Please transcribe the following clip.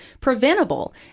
preventable